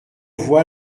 voix